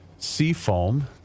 Seafoam